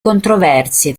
controversie